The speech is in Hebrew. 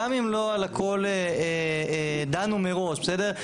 גם אם לא על הכל דנו מראש, בסדר?